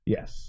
Yes